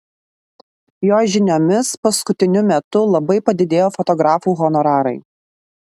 jo žiniomis paskutiniu metu labai padidėjo fotografų honorarai